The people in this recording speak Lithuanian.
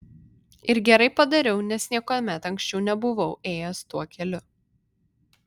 ir gerai padariau nes niekuomet anksčiau nebuvau ėjęs tuo keliu